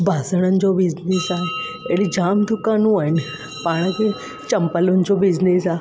बासणनि जो बिज़नस आहे अहिड़ी जाम दुकानूं आहिनि पाण खे चंपलुनि जो बिज़नस आहे